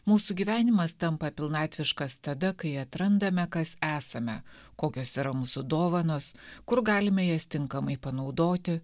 mūsų gyvenimas tampa pilnatviškas tada kai atrandame kas esame kokios yra mūsų dovanos kur galime jas tinkamai panaudoti